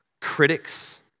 critics